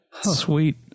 Sweet